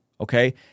okay